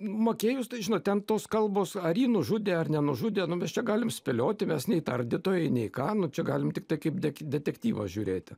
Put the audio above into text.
makėjus tai žinot ten tos kalbos ar jį nužudė ar nenužudė nu mes čia galim spėlioti mes nei tardytojai nei ką nu čia galim tiktai kaip dek detektyvą žiūrėti